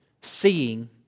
seeing